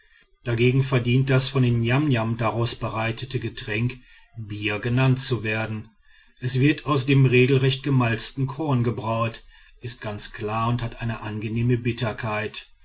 dagegen verdient das von den niamniam daraus bereitete getränk bier genannt zu werden es wird aus dem regelrecht gemalzten korn gebraut ist ganz klar und hat eine angenehme bitterkeit